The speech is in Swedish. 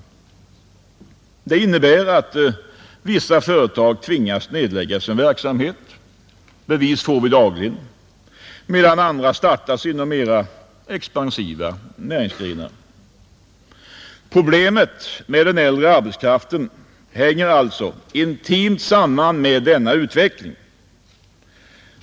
Det innebär att vissa företag tvingas nedlägga sin verksamhet — bevis får vi dagligen — medan andra startas inom mera expansiva näringsgrenar. Problemet med den äldre arbetskraften hänger intimt samman med denna utveckling.